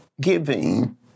Giving